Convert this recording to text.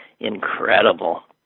Incredible